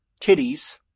Titties